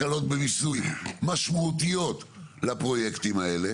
הקלות במיסוי משמעותיות לפרויקטים האלה,